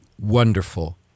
wonderful